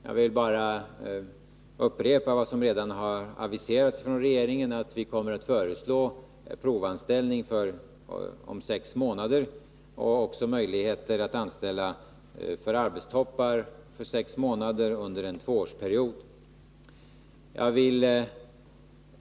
Jag vill nu bara upprepa vad som redan har aviserats från regeringen: vi kommer att föreslå provanställning omfattande högst sex månader och även möjligheter att inför arbetstoppar anställa folk för högst sex månader under en tvåårsperiod.